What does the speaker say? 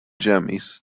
ĝemis